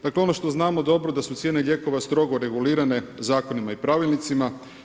Dakle ono što znamo dobro da su cijene lijekova strogo regulirane zakonima i pravilnicima.